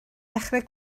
dechrau